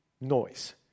noise